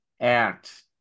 act